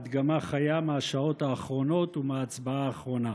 הדגמה חיה מהשעות האחרונות ומההצבעה האחרונה: